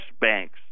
banks